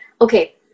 okay